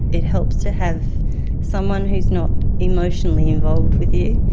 it helps to have someone who's not emotionally involved with you,